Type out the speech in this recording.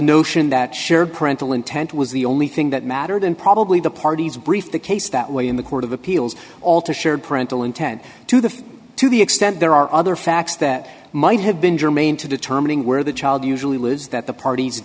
notion that shared parental intent was the only thing that mattered and probably the parties brief the case that way in the court of appeals all to shared parental intent to the to the extent there are other facts that might have been germane to determining where the child usually lives that the parties